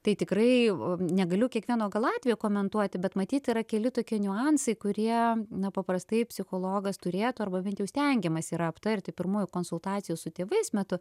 tai tikrai negaliu kiekvieno gal atvejo komentuoti bet matyt yra keli tokie niuansai kurie na paprastai psichologas turėtų arba bent jau stengiamasi aptarti pirmųjų konsultacijų su tėvais metu